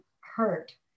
hurt